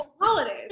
Holidays